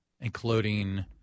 including